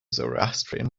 zoroastrian